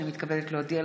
הינני מתכבדת להודיעכם,